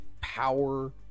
power